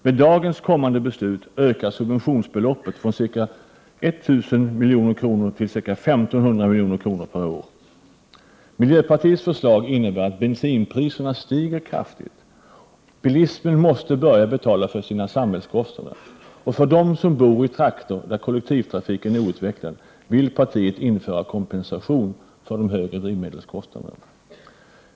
Med dagens kommande beslut ökar subventionsbeloppet från ca 1 000 milj.kr. till ca 1 500 milj.kr. per år. Miljöpartiets förslag innebär att bensinpriserna stiger kraftigt. Bilismen måste börja betala för sina samhällskostnader. För dem som bor i trakter där kollektivtrafiken är outvecklad vill partiet införa kompensation för de högre drivmedelskostnaderna.